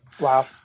Wow